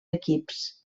equips